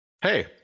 Hey